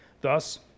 Thus